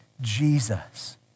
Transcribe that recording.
Jesus